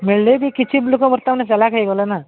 ହେଲେ ବି କିଛି ଲୋକ ବର୍ତ୍ତମାନ ଚାଲାକ୍ ହୋଇଗଲେ ନା